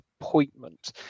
appointment